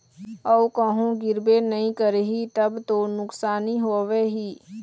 अऊ कहूँ गिरबे नइ करही तब तो नुकसानी हवय ही